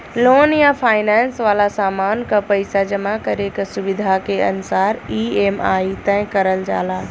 loan या finance वाला सामान क पइसा जमा करे क सुविधा के अनुसार ई.एम.आई तय करल जाला